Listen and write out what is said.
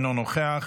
אינו נוכח,